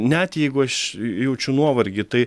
net jeigu aš jaučiu nuovargį tai